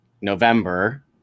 November